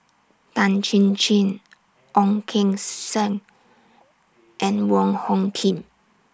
Tan Chin Chin Ong Keng Sen and Wong Hung Khim